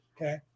okay